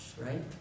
right